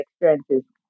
experiences